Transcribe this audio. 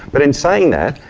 but in saying that,